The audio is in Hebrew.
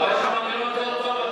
עכשיו הגזמת.